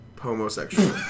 Homosexual